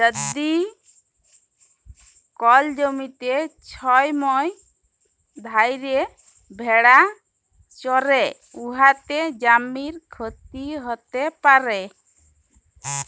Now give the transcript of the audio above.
যদি কল জ্যমিতে ছময় ধ্যইরে ভেড়া চরহে উয়াতে জ্যমির ক্ষতি হ্যইতে পারে